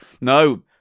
No